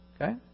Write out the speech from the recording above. Okay